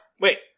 wait